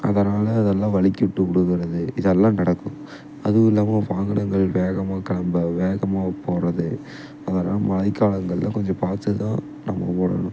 அதனால் அதெல்லாம் வழுக்கிவிட்டு விலுகுறது இதெல்லாம் நடக்கும் அதுவும் இல்லாமல் வாகனங்கள் வேகமாக கிளம்ப வேகமாக போகறது அதெல்லாம் மழைக்காலங்கள்ல கொஞ்சம் பார்த்துதான் நம்ம ஓடணும்